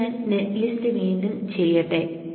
ഇനി ഞാൻ net list വീണ്ടും ചെയ്യട്ടെ